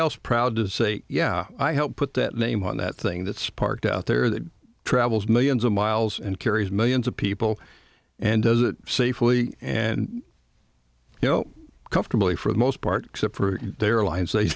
else proud to say yeah i helped put that name on that thing that's parked out there that travels millions of miles and carries millions of people and does it safely and you know comfortably for the most part except for their lines